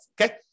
Okay